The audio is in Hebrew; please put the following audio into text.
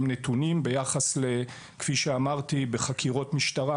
ביחס לחקירות המשטרה,